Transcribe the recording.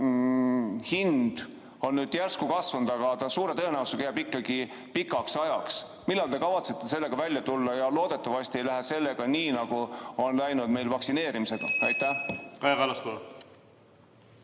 hind on nüüd järsku kasvanud, aga ta suure tõenäosusega jääb kõrgele pikaks ajaks. Millal te kavatsete sellega välja tulla? Loodetavasti ei lähe sellega nii, nagu on läinud vaktsineerimisega. Suur